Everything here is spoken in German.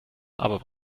aber